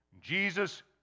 Jesus